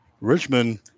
Richmond